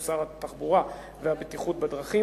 הוא שר התחבורה והבטיחות בדרכים.